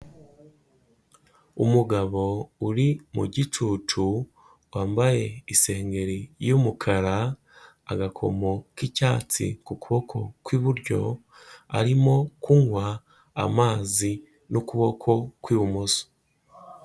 Umugabo uri mu gicucu, wambaye isengeri y'umukara, agakomo k'icyatsi ku kuboko kw'iburyo, arimo kunywa amazi, n'ukuboko kw'ibumoso.